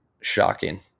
Shocking